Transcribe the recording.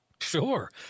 Sure